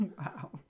Wow